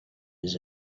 his